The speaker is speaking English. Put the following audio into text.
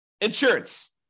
insurance